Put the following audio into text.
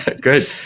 Good